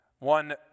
One